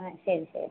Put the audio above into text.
ആ ശരി ശരി